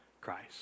Christ